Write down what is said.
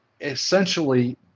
essentially